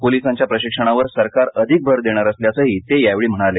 पोलिसांच्या प्रशिक्षणावर सरकार अधिक भर देणार असल्यायंही ते यावेळी म्हणाले